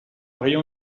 rayon